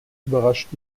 überrascht